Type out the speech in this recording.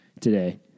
today